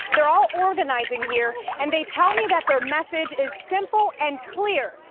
they're all organizing here and they tell me that their message is simple and clear,